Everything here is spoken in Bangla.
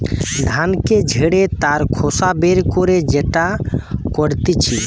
ধানকে ঝেড়ে তার খোসা বের করে যেটা করতিছে